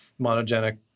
monogenic